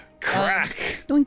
Crack